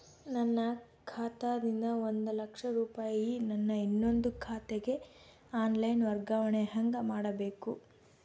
ನನ್ನ ಖಾತಾ ದಿಂದ ಒಂದ ಲಕ್ಷ ರೂಪಾಯಿ ನನ್ನ ಇನ್ನೊಂದು ಖಾತೆಗೆ ಆನ್ ಲೈನ್ ವರ್ಗಾವಣೆ ಹೆಂಗ ಮಾಡಬೇಕು?